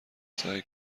سعی